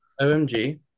OMG